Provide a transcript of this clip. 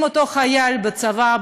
אם אותו חייל בצבא,